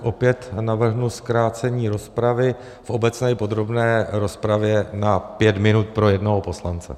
Opět navrhnu zkrácení rozpravy v obecné i podrobné rozpravě na pět minut pro jednoho poslance.